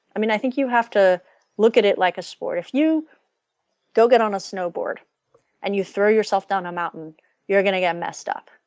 i mean i think you have to look at it like a sport. if you go and get on a snowboard and you throw yourself down on mountain you're going to get messed up.